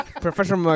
Professional